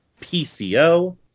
PCO